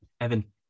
Evan